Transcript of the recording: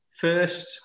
first